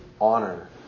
Honor